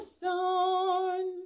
sun